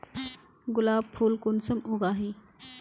गुलाब फुल कुंसम उगाही?